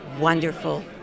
wonderful